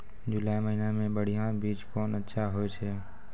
जुलाई महीने मे बढ़िया बीज कौन अच्छा होय छै?